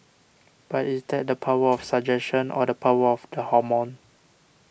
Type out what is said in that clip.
but is that the power of suggestion or the power of the hormone